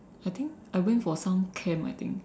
I think I went for some camp I think